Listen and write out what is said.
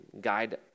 guide